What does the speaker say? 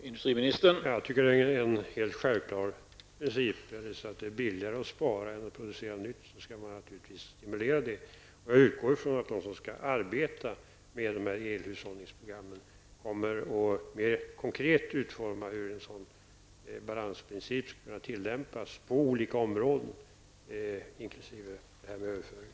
Herr talman! Det är en helt självklar princip. Om det är billigare att spara än att producera nytt skall man naturligtvis stimulera detta. Jag utgår ifrån att de som skall arbeta med dessa elhushållningsproblem kommer att mer konkret utforma hur en sådan balansprincip skall tillämpas på olika områden inkl. överföring.